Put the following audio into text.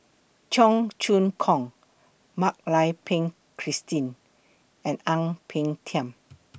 Cheong Choong Kong Mak Lai Peng Christine and Ang Peng Tiam